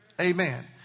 Amen